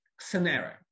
scenario